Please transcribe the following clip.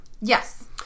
Yes